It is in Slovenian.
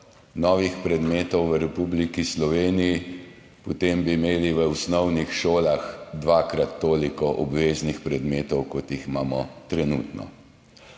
novih predmetov v Republiki Sloveniji, potem bi imeli v osnovnih šolah dvakrat toliko obveznih predmetov, kot jih imamo trenutno.